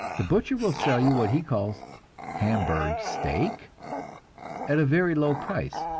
the butcher will sell you what he calls hamburg steak at a very low price,